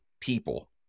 people